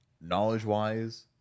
knowledge-wise